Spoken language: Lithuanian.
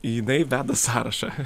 jinai veda sąrašą